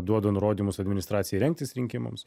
duodu nurodymus administracijai rengtis rinkimams